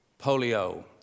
Polio